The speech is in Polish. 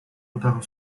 udaru